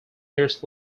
years